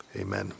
amen